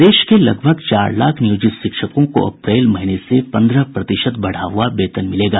प्रदेश के लगभग चार लाख नियोजित शिक्षकों को अप्रैल महीने से पन्द्रह प्रतिशत बढ़ा हुआ वेतन मिलेगा